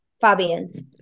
Fabian's